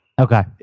Okay